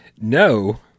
No